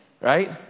right